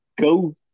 go